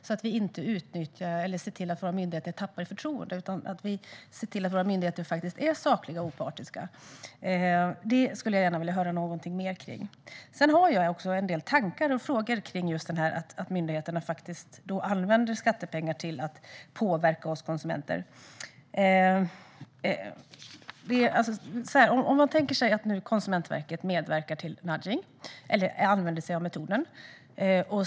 Det gäller att se till att våra myndigheter inte tappar i förtroende utan att vi ser till att våra myndigheter är sakliga och opartiska. Det skulle jag gärna höra någonting mer om. Jag har också en del tankar och frågor om att myndigheterna använder skattepengar till att påverka oss konsumenter. Man kan tänka sig att Konsumentverket medverkar till nudging eller använder sig av metoden.